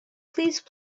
please